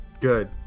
good